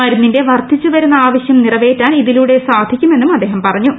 മരുന്നിന്റെ വർദ്ധിച്ചു വരുന്ന ആവശ്യം നിറവേറ്റാൻ ഇതിലൂടെ സാധിക്കുമെന്നും അദ്ദേഹം പറഞ്ഞു